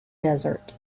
desert